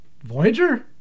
Voyager